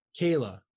Kayla